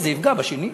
אז זה יפגע בשני.